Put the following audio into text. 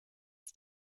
was